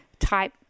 type